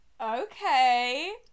okay